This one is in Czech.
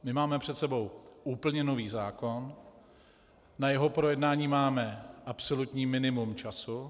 Máme před sebou úplně nový zákon, na jeho projednání máme absolutní minimum času.